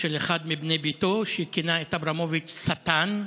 של אחד מבני ביתו, שכינה את אברמוביץ' "שטן".